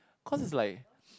cause it's like